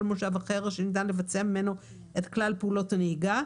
מושב אחר שניתן לבצע ממנו את כלל פעולות הנהיגה,